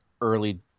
early